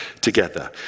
together